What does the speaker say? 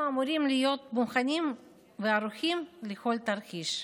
אנחנו אמורים להיות מוכנים וערוכים לכל תרחיש.